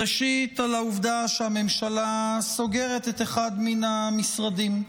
ראשית על העובדה שהממשלה סוגרת אחד מן המשרדים.